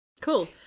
cool